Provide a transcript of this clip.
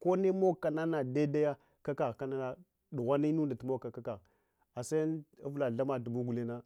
konne mogkana nadedeya ak kagha kana dughwanga inunda tumogka ak’kagha ase-uvula thama dubu gulen-ngnna.